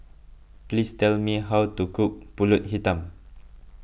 please tell me how to cook Pulut Hitam